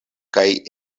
kaj